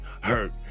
hurt